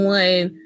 one